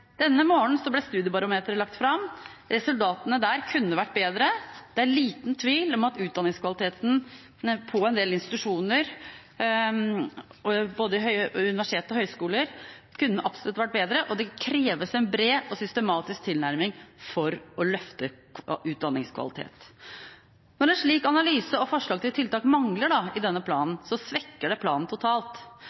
Denne morgenen ble Studiebarometeret lagt fram. Resultatene der kunne vært bedre. Det er liten tvil om at utdanningskvaliteten på en del institusjoner – både på universiteter og høyskoler – absolutt kunne vært bedre, og det kreves en bred og systematisk tilnærming for å løfte utdanningskvaliteten. Når en slik analyse og forslag til tiltak mangler i denne planen, svekker det planen totalt.